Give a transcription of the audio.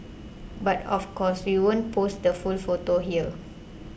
but of course we won't post the full photo here